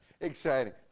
Exciting